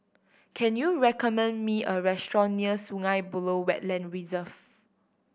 can you recommend me a restaurant near Sungei Buloh Wetland Reserve